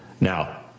Now